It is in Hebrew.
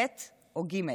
ב' או ג'?